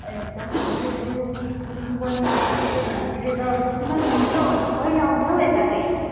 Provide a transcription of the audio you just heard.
एकदम सन्चै छु बहिनी के अरे भान्जीले त कतिमा सम्झियो हौ हन कहिँले आउने हौ यता चाहिँ